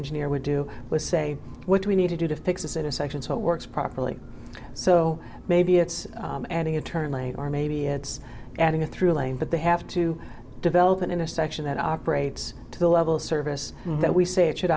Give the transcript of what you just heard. engineer would do was say what we need to do to fix this in a section so it works properly so maybe it's adding a turn lane or maybe it's adding a through lane but they have to develop an intersection that operates to the level of service that we say it should